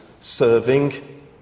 serving